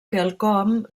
quelcom